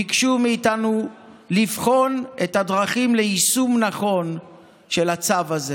ביקשו מאיתנו לבחון את הדרכים ליישום נכון של הצו הזה.